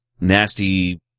nasty